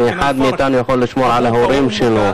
כל אחד מאתנו יכול לשמור על ההורים שלו,